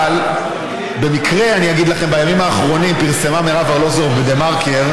אבל במקרה בימים האחרונים פרסמה מירב ארלוזורוב כתבה בדה מרקר